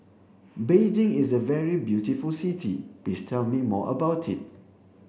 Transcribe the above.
Beijing is a very beautiful city please tell me more about it